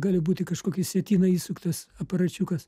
gali būti į kažkokį sietyną įsuktas aparačiukas